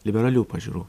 liberalių pažiūrų